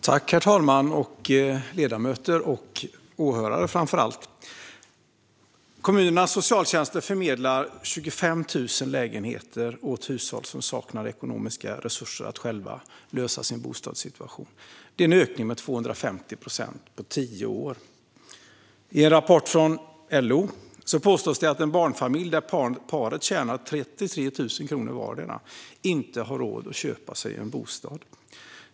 Herr talman, ledamöter och åhörare, framför allt! Kommunernas socialtjänster förmedlar 25 000 lägenheter åt hushåll som saknar ekonomiska resurser att själva lösa sin bostadssituation. Det är en ökning med 250 procent på tio år. I en rapport från LO påstås det att en barnfamilj där de vuxna tjänar 33 000 kronor vardera inte har råd att köpa sig en bostad.